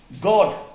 God